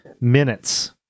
minutes